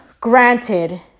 granted